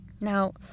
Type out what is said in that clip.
Now